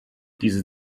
diese